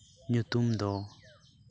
ᱧᱩᱛᱩᱢ ᱫᱚ